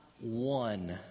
one